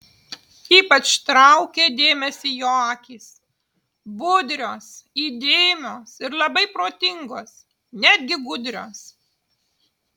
ypač traukė dėmesį jo akys budrios įdėmios ir labai protingos netgi gudrios